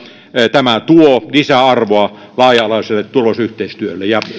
tämä tuo lisäarvoa laaja alaiselle turvallisuusyhteistyölle ja